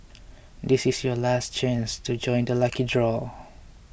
this is your last chance to join the lucky draw